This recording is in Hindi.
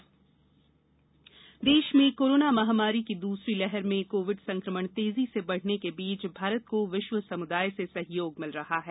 वैश्विक मदद कोविड भारत देश में कोरोना महामारी की दूसरी लहर में कोविड संक्रमण तेजी से बढ़ने के बीच भारत को विश्व समुदाय से सहयोग मिल रहा है